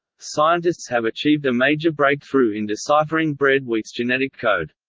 scientists have achieved a major breakthrough in deciphering bread wheat's genetic code.